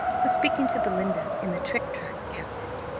was speaking to belinda in the trictrac cabinet.